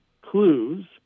clues